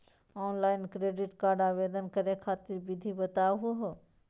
Online credit card आवेदन करे खातिर विधि बताही हो?